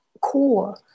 core